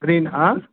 green ಹಾಂ